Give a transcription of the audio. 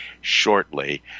shortly